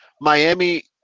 Miami